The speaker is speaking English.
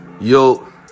Yo